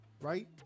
right